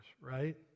right